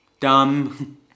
dumb